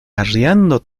arriando